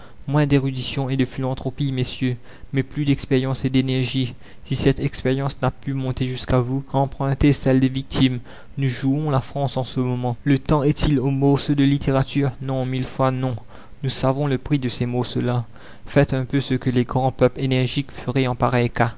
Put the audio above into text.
moins d'érudition et de philanthropie messieurs mais plus d'expérience et d'énergie si cette expérience n'a pu monter jusqu'à vous empruntez celle des victimes nous jouons la france en ce moment le temps est-il aux morceaux de littérature non mille fois non nous savons le prix de ces morceaux là faites un peu ce que les grands peuples énergiques feraient en pareil